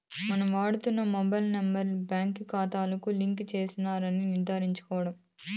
మనం వాడుతున్న mobile number బాంకీ కాతాకు లింక్ చేసినారని నిర్ధారించుకోవాల్ల